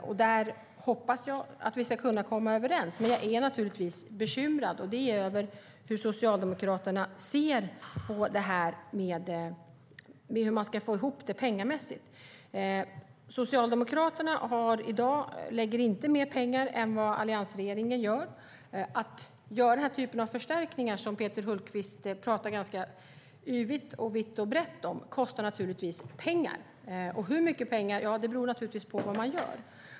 Jag hoppas att vi ska kunna komma överens där, men jag bekymrad över hur Socialdemokraterna ska få ihop det pengamässigt. Socialdemokraterna lägger inte mer pengar i dag än vad alliansregeringen gör. Att göra den typen av förstärkningar som Peter Hultqvist talar ganska yvigt och vitt och brett om kostar pengar. Hur mycket pengar det kostar beror naturligtvis på vad man gör.